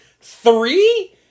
Three